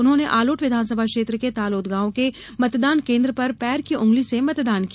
उन्होंने आलोट विधानसभा क्षेत्र के तालोद गाँव के मतदान केन्द्र पर पैर की अंगुली से मतदान किया